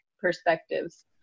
perspectives